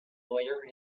lawyer